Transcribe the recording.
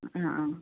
ആ ആ